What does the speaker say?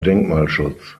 denkmalschutz